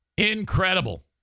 Incredible